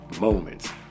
moments